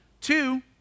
Two